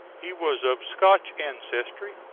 he was of scotch ancestry,